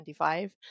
25